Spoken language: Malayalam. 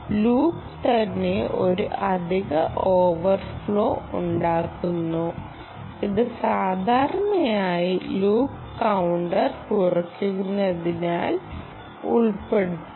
ലൂപ്പ് തന്നെ ഒരു അധിക ഓവർഹെഡ് ഉണ്ടാക്കുന്നു ഇത് സാധാരണയായി ലൂപ്പ് കൌണ്ടർ കുറയ്ക്കുന്നതിൽ ഉൾപ്പെടുന്നു